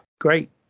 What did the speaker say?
Great